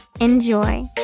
Enjoy